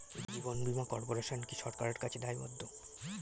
জীবন বীমা কর্পোরেশন কি সরকারের কাছে দায়বদ্ধ?